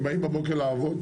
הם באים בבוקר לעבוד,